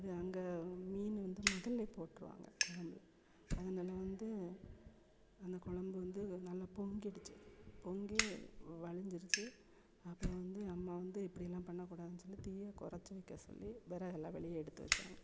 அது அங்கே மீன் வந்து முதல்லேயே போட்டுருவாங்க கொழம்புல அதனால் வந்து அந்த கொழம்பு வந்து நல்லா பொங்கிடுச்சு பொங்கி வழிஞ்சிருச்சு அப்புறம் வந்து அம்மா வந்து இப்படிலாம் பண்ணக்கூடாதுன்னு சொல்லி தீயை கொறைச்சி வெக்க சொல்லி வெறகை எல்லாம் வெளியே எடுத்து வைச்சாங்க